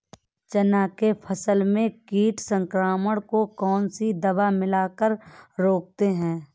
चना के फसल में कीट संक्रमण को कौन सी दवा मिला कर रोकते हैं?